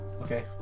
okay